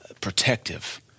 protective